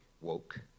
woke